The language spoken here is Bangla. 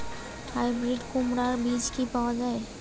হাইব্রিড কুমড়ার বীজ কি পাওয়া য়ায়?